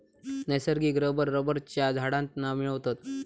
नैसर्गिक रबर रबरच्या झाडांतना मिळवतत